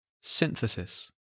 Synthesis